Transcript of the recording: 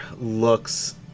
looks